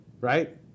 right